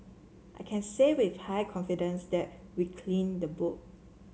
I can say with high confidence that we cleaned the book